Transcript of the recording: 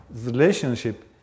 relationship